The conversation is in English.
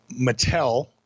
Mattel